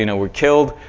you know were killed,